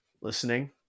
listening